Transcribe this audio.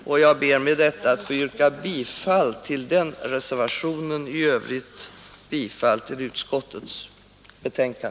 Jag ber alltså att i fråga om detta avsnitt få yrka bifall till reservationen och i övrigt bifall till utskottets hemställan.